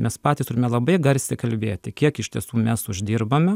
mes patys turime labai garsiai kalbėti kiek iš tiesų mes uždirbame